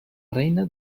reina